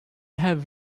have